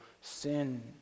sin